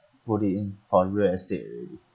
put it in for a real estate already